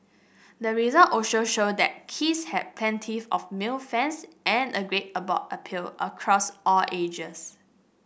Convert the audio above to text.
the result also show that Kiss had plenty of male fans and a great a broad appeal across all ages